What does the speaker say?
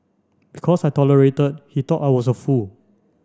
because I tolerated he thought I was a fool